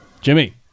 Jimmy